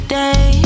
day